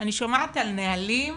אני שומעת על נהלים